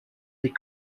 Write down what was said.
des